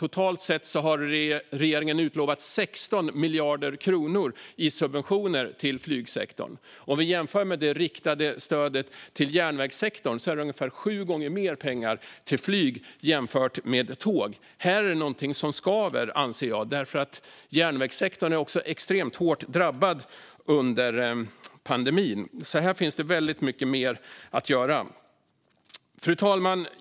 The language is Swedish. Totalt har regeringen utlovat 16 miljarder kronor i subventioner till flygsektorn. Om vi jämför detta med det riktade stödet till järnvägssektorn ser vi att det går ungefär sju gånger mer pengar till flyg än till tåg. Här anser jag att det är någonting som skaver. Även järnvägssektorn är extremt hårt drabbad under pandemin, så här finns det väldigt mycket mer att göra. Fru talman!